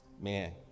man